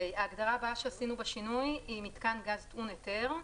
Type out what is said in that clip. ההגדרה הבאה שעשינו בה שינוי היא "מתקן גז טעון היתר"